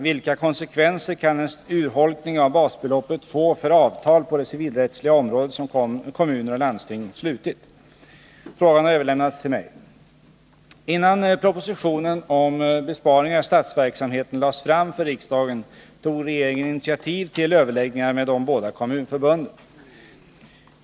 Vilka konsekvenser kan en urholkning av basbeloppet få för avtal på det civilrättsliga området som kommuner och landsting slutit? Frågan har överlämnats till mig. Innan propositionen om besparingar i statsverksamheten lades fram för riksdagen tog regeringen initiativ till överläggningar med de båda kommunförbunden.